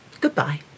Goodbye